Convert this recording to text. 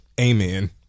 amen